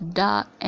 dark